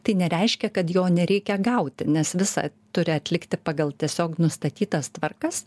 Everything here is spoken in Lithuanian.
tai nereiškia kad jo nereikia gauti nes visa turi atlikti pagal tiesiog nustatytas tvarkas